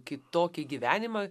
kitokį gyvenimą